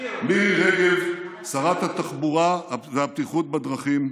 מירי רגב שרת התחבורה והבטיחות בדרכים,